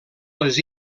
les